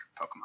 Pokemon